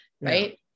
right